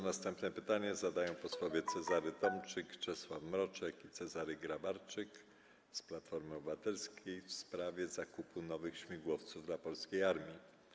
Następne pytanie zadają posłowie Cezary Tomczyk, Czesław Mroczek i Cezary Grabarczyk z Platformy Obywatelskiej w sprawie zakupu nowych śmigłowców dla polskiej armii.